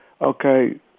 Okay